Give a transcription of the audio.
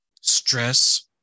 stress